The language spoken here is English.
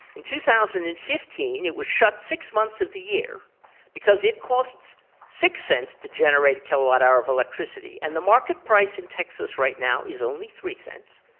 in two thousand and fifteen it was shut six months of the year because it costs six cents to generate a kilowatt hour of electricity and the market price in texas right now is only three cents.